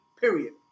Period